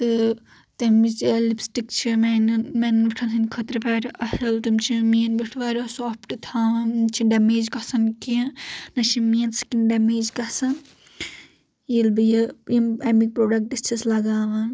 تہۭ تِمچ لپسٹک چھ میانین میانٮ۪ن وُٹھن ہنٛد خٲطرٕ واریاہ اصل تم چھ میٲنۍ وُٹھۍ واریاہ سافٹ تھاوان یم چھ ڈمیج گژھان کیٚنٛھہ نہِ چھ یم میٲنۍ سکن ڈمیج گژھان ییٚلہِ بہٕ یہِ یِم امیکۍ پروڈکٹ چھس لگاوان